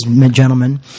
gentlemen